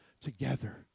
together